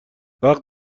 وقت